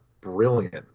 brilliant